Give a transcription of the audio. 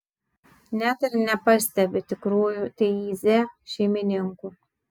net ir nepastebi tikrųjų taize šeimininkų